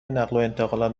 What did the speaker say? نقلوانتقالات